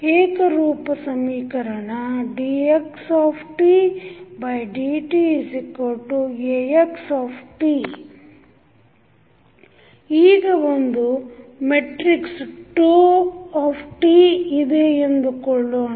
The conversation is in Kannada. ಏಕರೂಪ ಸಮೀಕರಣ dxdtAxt ಈಗ ಒಂದು ಮೆಟ್ರಿಕ್ಸ್ tಇದೆ ಎಂದುಕೊಳ್ಳೋಣ